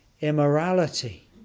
immorality